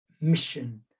mission